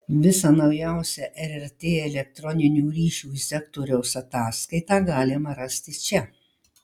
visą naujausią rrt elektroninių ryšių sektoriaus ataskaitą galima rasti čia